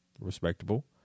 Respectable